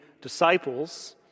disciples—